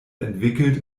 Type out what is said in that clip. entwickelt